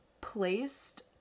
placed